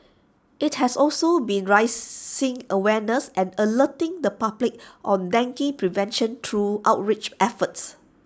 IT has also been raising awareness and alerting the public on dengue prevention through outreach efforts